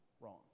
wrong